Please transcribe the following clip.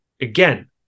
again